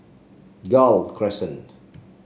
Gul Crescent